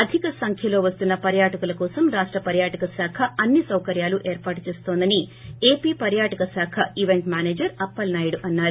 అధిక సంఖ్యలో వస్తున్న పర్యాటకుల కోసం రాష్ట పర్యాటక శాఖ అన్ని సౌకర్యాలు ఏర్పాటు చేస్తోందని ఏపీ పర్యాటక శాఖ ఈవెంట్ మేనేజర్ అప్పలనాయుడు అన్నారు